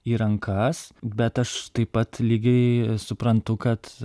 į rankas bet aš taip pat lygiai suprantu kad